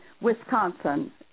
Wisconsin